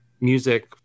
music